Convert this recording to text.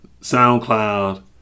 SoundCloud